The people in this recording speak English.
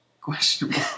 questionable